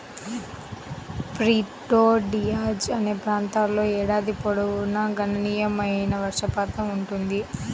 Prieto Diaz అనే ప్రాంతంలో ఏడాది పొడవునా గణనీయమైన వర్షపాతం ఉంటుంది